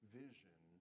vision